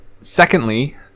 Secondly